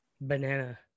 Banana